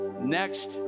next